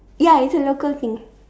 ya it's a local thing